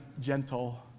gentle